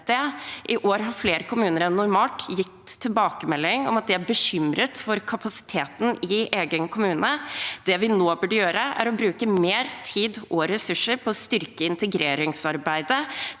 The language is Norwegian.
I år har flere kommuner enn normalt gitt tilbakemelding om at de er bekymret for kapasiteten i egen kommune. Det vi nå burde gjøre, er å bruke mer tid og ressurser på å styrke integreringsarbeidet.